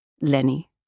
Lenny